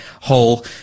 whole